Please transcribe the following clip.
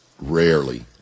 rarely